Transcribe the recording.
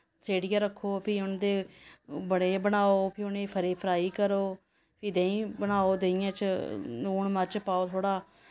स्हेड़ियै रक्खो फ्ही उं'दे बड़े बनाओ फ्ही उ'नेंगी फ्राई करो फ्ही देहीं बनाओ देहियैं च लून मर्च पाओ थोह्ड़ा